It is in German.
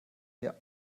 mir